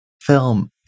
film